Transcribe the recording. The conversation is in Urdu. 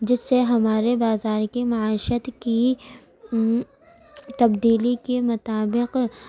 جس سے ہمارے بازار کی معیشت کی تبدیلی کے مطابق